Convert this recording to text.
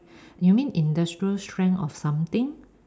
you mean industrial strength of something